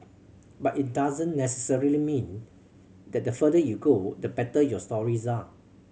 but it doesn't necessarily mean that the further you go the better your stories are